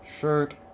shirt